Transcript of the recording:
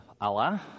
Allah